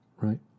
Right